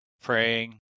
praying